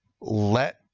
let